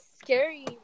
scary